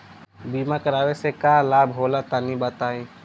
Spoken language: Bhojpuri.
बीमा करावे से का लाभ होला तनि बताई?